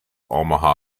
omaha